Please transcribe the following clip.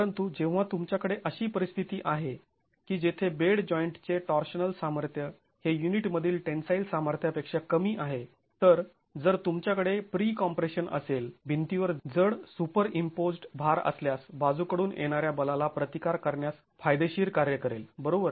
परंतु जेव्हा तुमच्याकडे अशी परिस्थिती आहे की जेथे बेड जॉईंट चे टॉर्शनल सामर्थ्य हे युनिटमधील टेन्साईल सामर्थ्या पेक्षा कमी आहे तर जर तुमच्याकडे प्रीकॉम्प्रेशन असेल भिंतीवर जड सुपरईम्पोज्ड् भार असल्यास बाजूकडून येणाऱ्या बलाला प्रतिकार करण्यास फायदेशीर कार्य करेल बरोबर